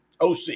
OC